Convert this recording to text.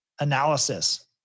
analysis